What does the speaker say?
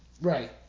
right